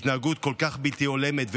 התנהגות כל כך בלתי הולמת.